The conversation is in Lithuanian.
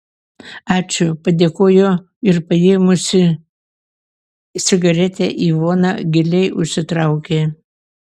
ačiū padėkojo ir paėmusi cigaretę ivona giliai užsitraukė